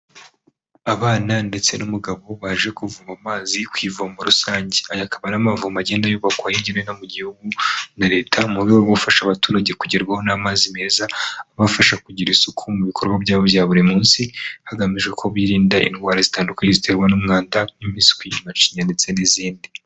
Abana ndetse n'umugabo baje kuvoma amazi ku ivomo rusange, aya akaba ari amavomo agenda yubakwa hirya no hino gihugu na leta, mu rwego gufasha abaturage kugerwaho n'amazi meza, abafasha kugira isuku mu bikorwa byabo bya buri munsi, hagamijwe ko birinda indwara zitandukanye ziterwa n'umwanda nk'impiswi, macinya ndetse n'izindi.